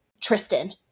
Tristan